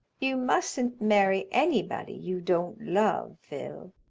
you mustn't marry anybody you don't love, phil,